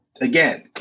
again